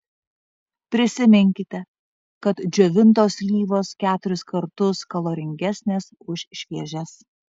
prisiminkite kad džiovintos slyvos keturis kartus kaloringesnės už šviežias